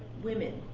women.